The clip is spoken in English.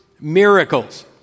miracles